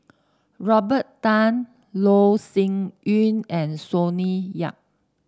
Robert Tan Loh Sin Yun and Sonny Yap